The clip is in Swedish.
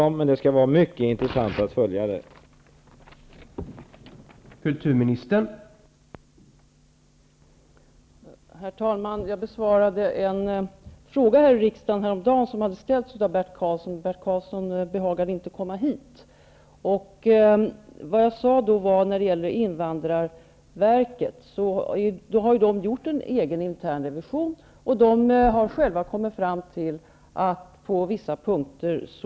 Det kommer emellertid att bli mycket intressant att följa det hela.